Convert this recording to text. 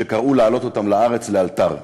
שקראו להעלות אותם לארץ לאלתר.